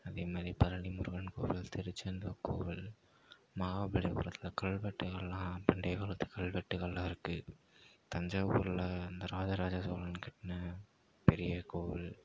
அதேமாதிரி பழனி முருகன் கோவில் திருச்செந்தூர் கோவில் மகாபலிபுரத்தில் கல்வெட்டுகள்லா பண்டைய காலத்து கல்வட்டுகள்லாம் இருக்குது தஞ்சாவூர்ல இந்த ராஜராஜ சோழன் கட்டுன பெரிய கோவில்